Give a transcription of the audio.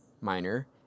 minor